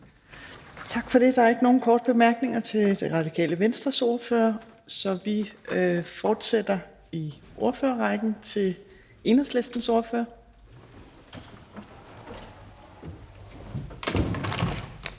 Tak for det. Der er ikke nogen korte bemærkninger til Det Radikale Venstres ordfører. Så vi fortsætter i ordførerrækken til Enhedslistens ordfører.